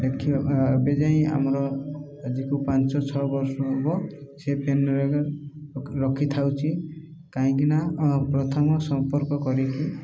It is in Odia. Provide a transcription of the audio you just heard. ଦେଖିବା ଏବେ ଯାଇ ଆମର ଆଜିକୁ ପାଞ୍ଚ ଛଅ ବର୍ଷ ହବ ସେ ପେନଟା ରଖିଥାଉଛି କାହିଁକିନା ପ୍ରଥମ ସମ୍ପର୍କ କରିକି